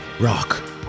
Rock